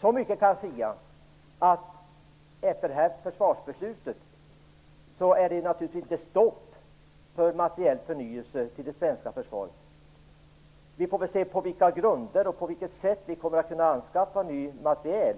så mycket kan jag säga som att efter detta försvarsbeslut är det naturligtvis inte stopp för materiell förnyelse i det svenska försvaret. Vi får väl se på vilka grunder och på vilket sätt det är möjligt att skaffa nya materiel.